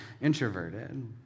introverted